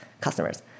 customers